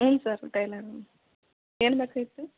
ಏನು ಸರ್ ಏನು ಬೇಕಾಗಿತ್ತು